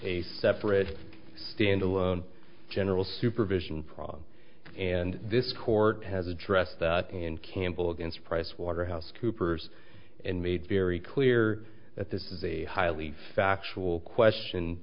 a separate stand alone general supervision problem and this court has addressed that in campbell against price waterhouse coopers and made very clear that this is a highly factual question